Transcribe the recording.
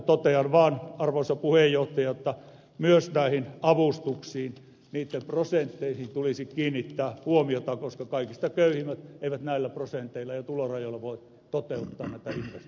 totean vaan arvoisa puhemies että myös näihin avustuksiin niitten prosentteihin tulisi kiinnittää huomiota koska kaikista köyhimmät eivät näillä prosenteilla ja tulorajoilla voi toteuttaa näitä investointeja